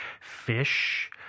fish